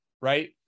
right